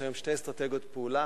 יש היום שתי אסטרטגיות פעולה: